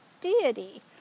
deity